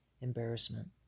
embarrassment